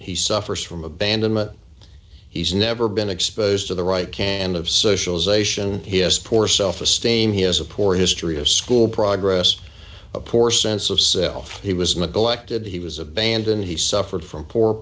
he suffers from abandonment he's never been exposed to the right can of socialisation his poor self esteem he has a poor history of school progress a poor sense of self he was middle acted he was abandoned he suffered from poor